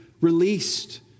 released